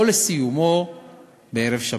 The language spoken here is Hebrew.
או לסיומו בערב שבת.